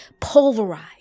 pulverized